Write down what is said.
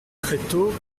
tréteaux